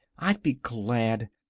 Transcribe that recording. i'd be glad.